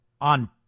on